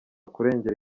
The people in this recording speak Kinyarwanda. kurengera